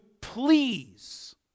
please